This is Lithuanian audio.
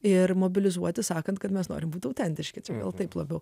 ir mobilizuoti sakant kad mes norime būti autentiški todėl taip labiau